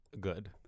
good